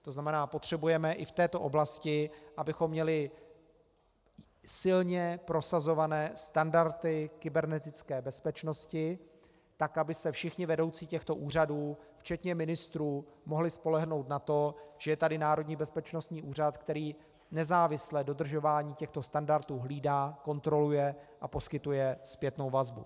To znamená, potřebujeme i v této oblasti, abychom měli silně prosazované standardy kybernetické bezpečnosti, tak aby se všichni vedoucí těchto úřadů včetně ministrů mohli spolehnout na to, že je tady Národní bezpečnostní úřad, který nezávisle dodržování těchto standardů hlídá, kontroluje a poskytuje zpětnou vazbu.